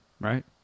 Right